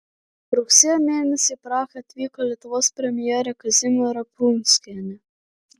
rugsėjo mėnesį į prahą atvyko lietuvos premjerė kazimiera prunskienė